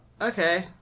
okay